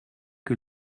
que